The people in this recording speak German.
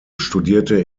studierte